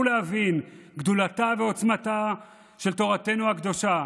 להבין את גדולתה ועוצמתה של תורתנו הקדושה.